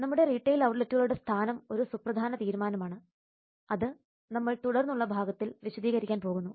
നമ്മുടെ റീട്ടെയിൽ ഔട്ട്ലെറ്റുകളുടെ സ്ഥാനം ഒരു സുപ്രധാന തീരുമാനമാണ് അത് നമ്മൾ തുടർന്നുള്ള വിഭാഗത്തിൽ വിശദീകരിക്കാൻ പോകുന്നു